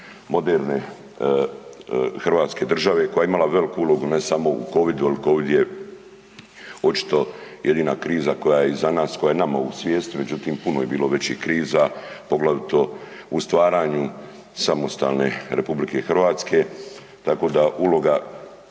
moderne Hrvatske države koja je imala veliku ulogu ne samo u covidu jer covid je očito jedina kriza koja je iza nas, koja je nama u svijesti. Međutim, puno je bilo većih kriza, poglavito u stvaranju samostalne RH, tako da uloga